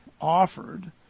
offered